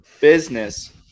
business